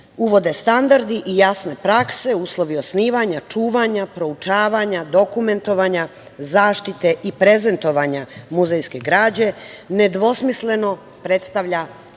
uvode standardi i jasne prakse, uslovi osnivanja, čuvanja, proučavanja, dokumentovanja, zaštite i prezentovanja muzejske građe nedvosmisleno predstavlja